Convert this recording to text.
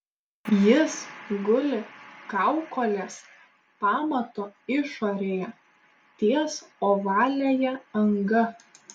jis guli kaukolės pamato išorėje ties ovaliąja anga